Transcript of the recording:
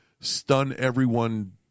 stun-everyone